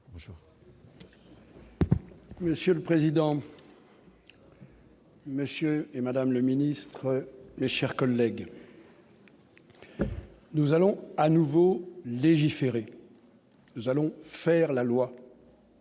Monsieur le président. Monsieur et madame le ministre et chers collègues, nous allons à nouveau légiférer, nous allons faire la loi